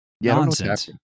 nonsense